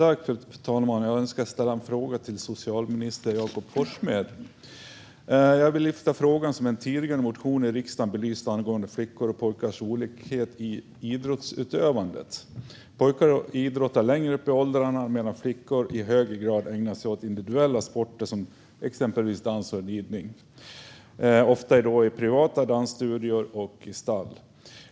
Fru talman! Jag önskar ställa en fråga till socialminister Jakob Forssmed. Jag vill lyfta en fråga som en tidigare motion i riksdagen har belyst, nämligen olikheten mellan flickors och pojkars idrottsutövande. Pojkar idrottar längre upp i åldrarna, och flickor ägnar sig i högre grad åt individuella sporter som exempelvis dans och ridning - och då ofta i privata dansstudior och stall.